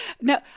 No